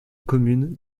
communes